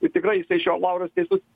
ir tikrai jis šio lauras teisus